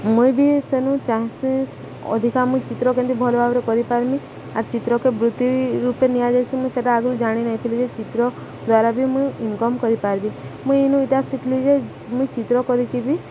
ମୁଇଁ ବି ସେନୁ ଚାନ୍ସେସ୍ ଅଧିକା ମୁଇଁ ଚିତ୍ର କେମିତି ଭଲ ଭାବରେ କରିପାରମି ଆର୍ ଚିତ୍ରକେ ବୃତ୍ତି ରୂପେ ନିଆଯାଇଏସି ମୁଇଁ ସେଟା ଆଗରୁ ଜାଣିନେଇଥିଲି ଯେ ଚିତ୍ର ଦ୍ୱାରା ବି ମୁଇଁ ଇନକମ୍ କରିପାରିବି ମୁଇଁ ଏଇନୁ ଏଇଟା ଶିଖିଲି ଯେ ମୁଇଁ ଚିତ୍ର କରିକି ବି